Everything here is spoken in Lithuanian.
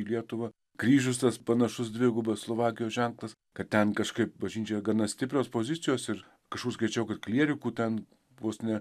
į lietuvą kryžius tas panašus dvigubas slovakijos ženklas kad ten kažkaip bažnyčioje gana stiprios pozicijos ir kažkur skaičiau kad klierikų ten vos ne